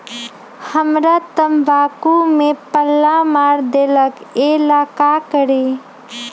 हमरा तंबाकू में पल्ला मार देलक ये ला का करी?